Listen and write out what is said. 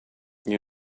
you